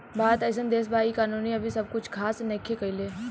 भारत एइसन देश बा इ कानून अभी तक कुछ खास नईखे कईले